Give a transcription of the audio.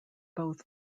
both